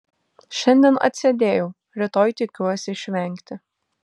šiandien atsėdėjau rytoj tikiuosi išvengti